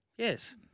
Yes